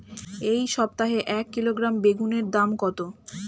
এই সপ্তাহে এক কিলোগ্রাম বেগুন এর দাম কত?